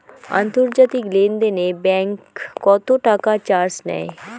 আন্তর্জাতিক লেনদেনে ব্যাংক কত টাকা চার্জ নেয়?